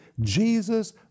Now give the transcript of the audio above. Jesus